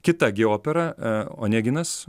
kitą gi opera oneginas